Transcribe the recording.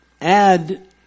add